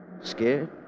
Scared